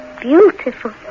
beautiful